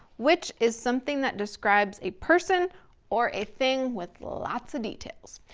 which is something that describes a person or a thing with lots of details.